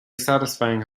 satisfying